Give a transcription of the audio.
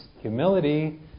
humility